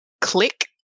click